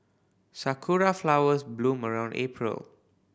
sakura flowers bloom around April